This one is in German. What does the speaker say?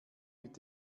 mit